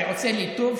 שעושה לי טוב,